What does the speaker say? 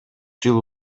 жыл